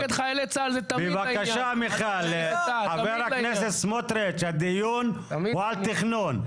בבקשה ממך, ח"כ סמוטריץ' הדיון הוא על תכנון.